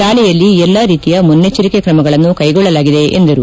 ಶಾಲೆಯಲ್ಲಿ ಎಲ್ಲ ರೀತಿಯ ಮುನ್ನೆಚ್ಚರಿಕೆ ಕ್ರಮಗಳನ್ನು ಕೈಗೊಳ್ಳಲಾಗಿದೆ ಎಂದರು